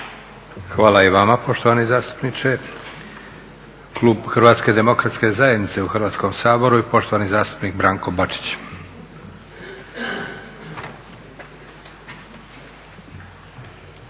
Hvala i vama poštovani zastupniče. Klub HDZ-a u Hrvatskom saboru i poštovani zastupnik Branko Bačić.